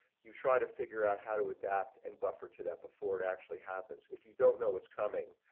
you try to figure out how to adapt and buffer to that before it actually happens if you don't know what's coming.